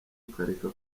ukareka